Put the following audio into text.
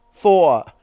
Four